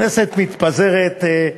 הכנסת מתפזרת,